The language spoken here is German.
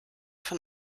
von